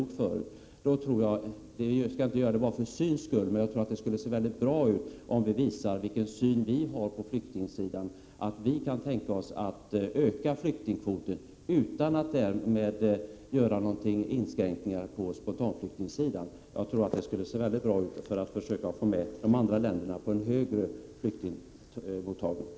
I och för sig skall man inte göra det bara för syns skull, men jag tror det skulle se bra ut om vi visade vilken syn vi har och att vi kan tänka oss att öka flyktingkvoten utan att därmed göra några inskränkningar på spontanflyktingsidan. Jag tror att det skulle bidra till att få med de andra länderna att öka sin flyktingmottagning.